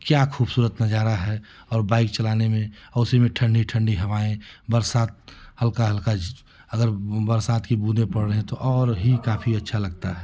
क्या खूबसूरत नज़ारा है और बाइक चलाने में आ उसी में ठण्डी ठण्डी हवाएँ बरसात हल्का हल्का अगर बरसात की बूँद पड़ रहें तो और ही काफ़ी अच्छा लगता है